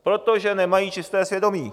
Protože nemají čisté svědomí.